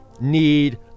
need